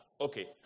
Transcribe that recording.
Okay